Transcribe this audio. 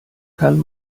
kann